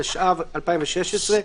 תשע"ו-2016,